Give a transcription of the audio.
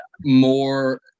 more